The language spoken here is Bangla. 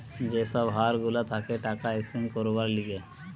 যে সব হার গুলা থাকে টাকা এক্সচেঞ্জ করবার লিগে